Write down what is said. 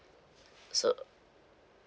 so